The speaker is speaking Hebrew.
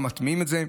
מטמיעים את זה,